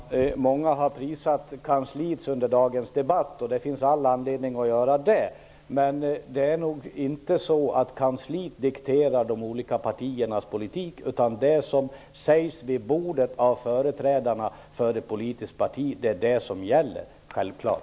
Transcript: Herr talman! Många har prisat kansliet under dagens debatt. Det finns all anledning att göra det. Men det är inte så att kansliet dikterar de olika partiernas politik. Det är självklart det som sägs vid sammanträdesbordet av företrädarna för ett politiskt parti som gäller.